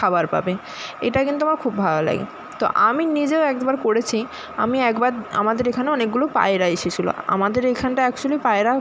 খাবার পাবে এটা কিন্তু আমার খুব ভালো লাগে তো আমি নিজেও একবার করেছি আমি একবার আমাদের এখানে অনেকগুলো পায়রা এসেছিলো আমাদের এইখানটায় একচুয়ালি পায়রা